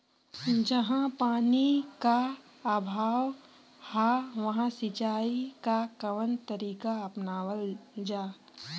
जहाँ पानी क अभाव ह वहां सिंचाई क कवन तरीका अपनावल जा?